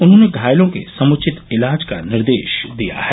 उन्होंने घायलों के समुचित इलाज का निर्देश दिया है